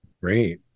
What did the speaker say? great